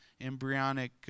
embryonic